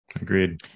Agreed